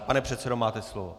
Pane předsedo, máte slovo.